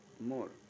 more